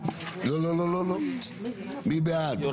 מי נגד?